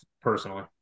personally